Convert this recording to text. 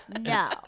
no